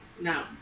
No